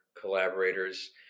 collaborators